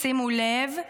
שימו לב: